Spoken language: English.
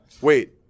Wait